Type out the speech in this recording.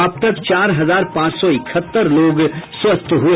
अब तक चार हजार पांच सौ इकहत्तर लोग स्वस्थ हुए